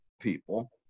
people